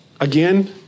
Again